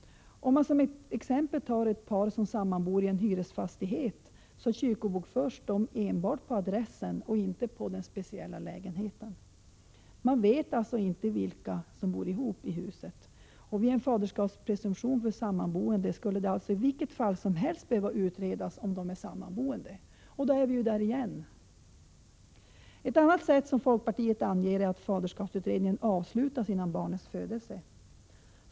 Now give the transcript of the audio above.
Om man som exempel tar ett par som sammanbor i en hyresfastighet, så kyrkobokförs dessa enbart på adressen och inte på den speciella lägenheten. Man vet alltså inte vilka som bor ihop i huset. Vid en faderskapspresumtion för en sammanboende skulle det alltså i vilket fall som helst behöva utredas om parterna är sammanboende. Och då är vi där igen. Ett annat sätt som folkpartiet anger är att faderskapsutredningen avslutas före barnets födelse.